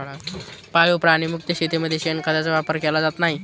पाळीव प्राणी मुक्त शेतीमध्ये शेणखताचा वापर केला जात नाही